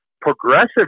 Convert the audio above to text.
progressive